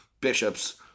bishops